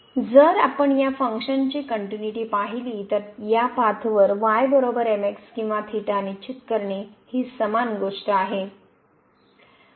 जर आपण या फंक्शनची कनट्युनिटी पाहिली तर या पाथवर y mx किंवा निश्चित करणे ही समान गोष्ट आहे